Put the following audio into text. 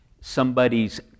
somebody's